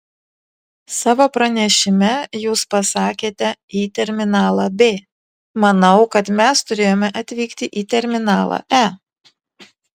savo pranešime jūs pasakėte į terminalą b manau kad mes turėjome atvykti į terminalą e